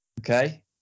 Okay